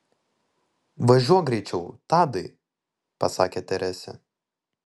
važiuok greičiau tadai pasakė teresė